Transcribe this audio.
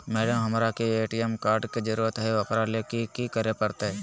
Madam, हमरा के ATM card के जरूरत है ऊकरा ले की की करे परते?